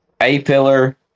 A-pillar